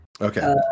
Okay